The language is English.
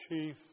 chief